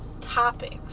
topics